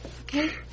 Okay